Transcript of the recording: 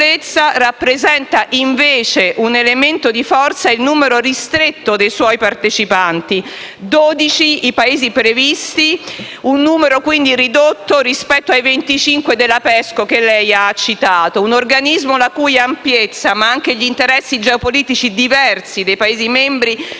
debolezza, rappresenta invece un elemento di forza il numero ristretto dei suoi partecipanti: 12 i Paesi previsti, un numero quindi ridotto rispetto ai 25 della PESCO che lei ha citato, un organismo di cui l'ampiezza ma anche gli interessi geopolitici diversi dei Paesi membri